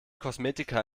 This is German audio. kosmetika